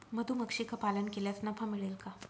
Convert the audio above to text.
मधुमक्षिका पालन केल्यास नफा मिळेल का?